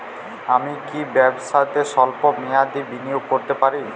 আমি কি ব্যবসাতে স্বল্প মেয়াদি বিনিয়োগ করতে পারি?